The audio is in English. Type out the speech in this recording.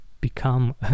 become